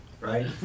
right